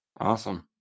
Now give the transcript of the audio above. Awesome